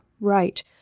right